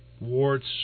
warts